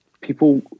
people